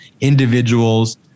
individuals